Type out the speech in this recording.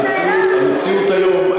המציאות היום,